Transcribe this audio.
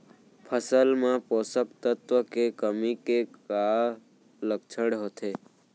फसल मा पोसक तत्व के कमी के का लक्षण होथे?